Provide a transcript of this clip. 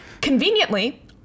Conveniently